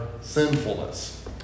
sinfulness